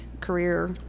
career